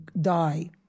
die